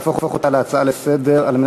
להפוך אותה להצעה לסדר-היום,